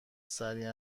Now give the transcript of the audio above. سریع